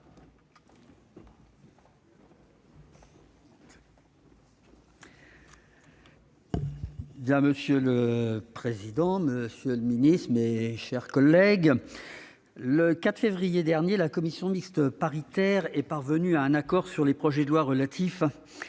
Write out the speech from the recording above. Monsieur le président, monsieur le secrétaire d'État, mes chers collègues, le 4 février dernier, la commission mixte paritaire est parvenue à un accord sur les projets de loi relatifs